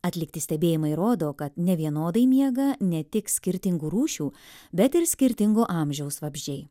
atlikti stebėjimai rodo kad nevienodai miega ne tik skirtingų rūšių bet ir skirtingo amžiaus vabzdžiai